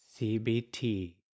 CBT